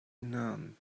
none